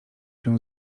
się